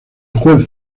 juez